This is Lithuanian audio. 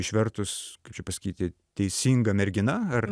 išvertus kaip čia pasakyti teisinga mergina ar